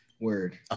Word